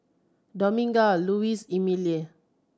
Dominga Lois Emelie